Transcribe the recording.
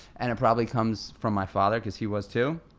and it probably comes from my father, cause he was too.